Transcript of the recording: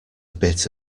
bit